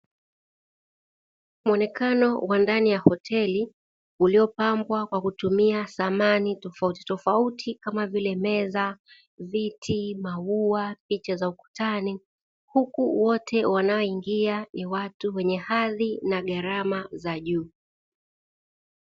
Muonekano wa ndani ya hoteli iliyopambwa kwa kutumia samani tofauti tofauti kama vile meza, viti, mauwa na picha za Ukutani, huku wote wanaoingia watu wenye hadhi na gharama za juu.